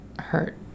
hurt